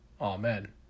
Amen